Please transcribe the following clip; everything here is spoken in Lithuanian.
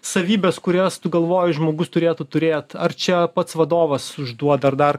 savybės kurias tu galvoji žmogus turėtų turėt ar čia pats vadovas užduoda ar dar